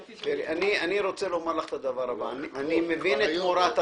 אני רוצה לומר לך את הדבר הבא: אני מבין את מורת הרוח,